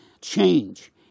change